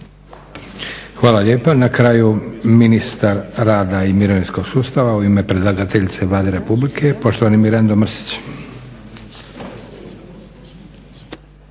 Hvala lijepa. Na kraju ministar rada i mirovinskog sustava u ime predlagateljice Vlade Republike, poštovani Mirando Mrsić.